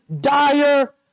dire